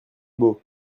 beau